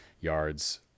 yards